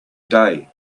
day